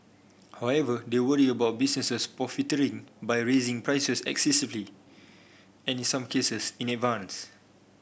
however they worry about businesses profiteering by raising prices excessively and in some cases in advance